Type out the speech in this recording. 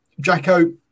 Jacko